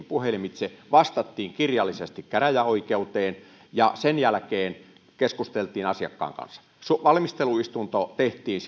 puhelimitse vastasimme kirjallisesti käräjäoikeuteen ja sen jälkeen keskustelimme asiakkaan kanssa valmisteluistunto tehtiin